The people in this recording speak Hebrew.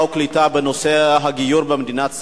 והקליטה דיון בנושא הגיור במדינת ישראל.